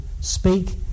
speak